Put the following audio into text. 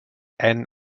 ann